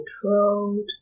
controlled